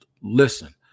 listen